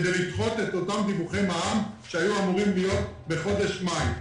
כדי לדחות את אותם דיווחי מע"מ שהיו אמורים להיות בחודש מאי.